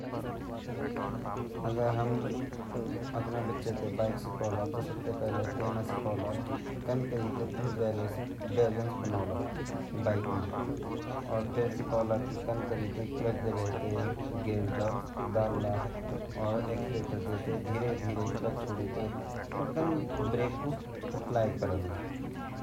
पहली ता मै आपा बच्चा ते जब बाइक चलोंड सिखोलू वैसे पहली मै वेते बैलेंस बनोंड सिखोलू अर बैलेंस बनोंडा बाद मै वेते ट्रैफिक रुला बारा बातोलु की ट्रैफिक रूल कन ची मतलब की तुमते बाइक चलोंड जब रोड पर निकन से पहली अपु ते मच्योर कन पड़ल अर तब तुम बाइक पकड़ा हंडेलो सबसे ज़्यदा ध्यान रखण अर आपा अगिन अर पिचिन बाटिनो ध्यान रखण।